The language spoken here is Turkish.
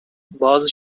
bazı